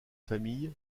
famille